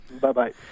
Bye-bye